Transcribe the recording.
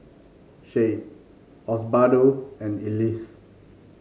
Shad Osbaldo and Elyse